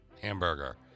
Hamburger